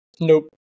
nope